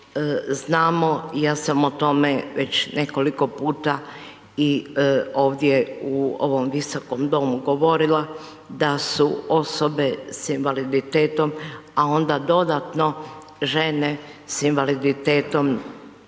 znamo ja sam o tome već nekoliko puta i ovdje u ovom Visokom domu govorila da su osobe sa invaliditetom a onda dodatno žene s invaliditetom